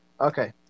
okay